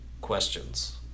questions